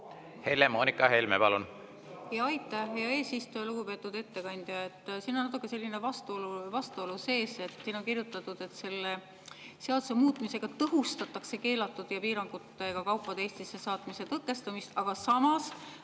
Helle-Moonika Helme, palun! Jaa, aitäh, hea eesistuja! Lugupeetud ettekandja! Siin on natuke selline vastuolu sees. Siin on kirjutatud, et selle seaduse muutmisega tõhustatakse keelatud ja piirangutega kaupade Eestisse saatmise tõkestamist, aga samas